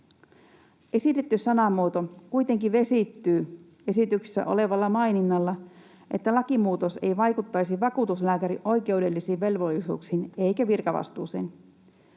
Esitetty sanamuoto kuitenkin vesittyy esityksessä olevalla maininnalla, että lakimuutos ei vaikuttaisi vakuutuslääkärin oikeudellisiin velvollisuuksiin eikä virkavastuuseen.